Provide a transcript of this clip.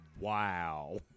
Wow